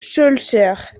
schœlcher